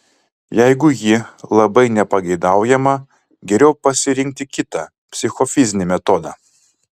jeigu ji labai nepageidaujama geriau pasirinkti kitą psichofizinį metodą